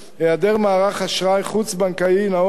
היעדר מערך אשראי חוץ-בנקאי נאות,